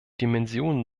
dimensionen